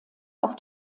auf